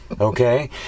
Okay